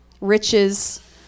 riches